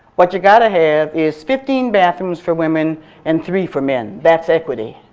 what you've gotta have is fifteen bathrooms for women and three for men. that's equity.